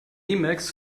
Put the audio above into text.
emacs